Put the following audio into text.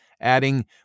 adding